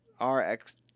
RX